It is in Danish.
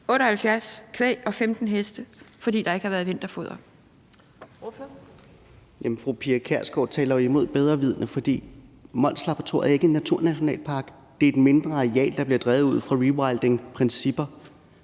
78 kvæg og 15 heste – fordi der ikke har været vinterfoder.